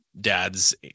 dads